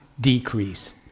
decrease